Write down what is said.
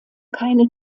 keine